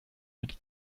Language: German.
mit